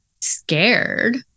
Scared